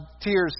tears